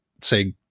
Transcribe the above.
say